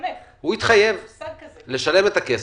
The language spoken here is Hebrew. הוא התחייב לשלם את הכסף.